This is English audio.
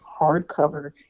hardcover